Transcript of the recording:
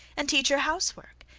and teach her housework,